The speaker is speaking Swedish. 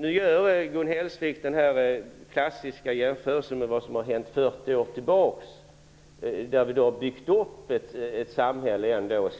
Nu gör Gun Hellsvik den klassiska jämförelsen med vad som har hänt 40 år tillbaka. Det har dykt upp ett samhälle med